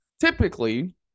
typically